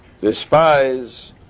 despise